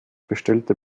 bestellte